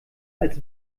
als